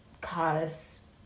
cause